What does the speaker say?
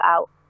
out